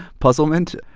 puzzlement.